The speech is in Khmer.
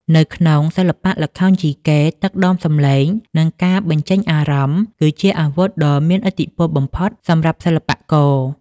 នៅក្នុងសិល្បៈល្ខោនយីកេ ទឹកដមសំឡេង និងការបញ្ចេញអារម្មណ៍ គឺជាអាវុធដ៏មានឥទ្ធិពលបំផុតសម្រាប់សិល្បករ។